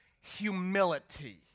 humility